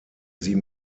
sie